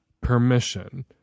permission